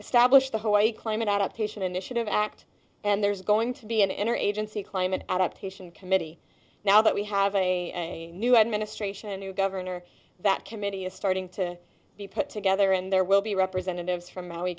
established the hawaii climate adaptation initiative act and there's going to be an inner agency climate adaptation committee now that we have a new administration a new governor that committee is starting to be put together and there will be representatives from